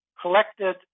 collected